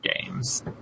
games